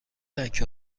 لکه